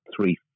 three